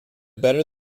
better